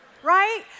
right